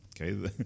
Okay